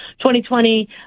2020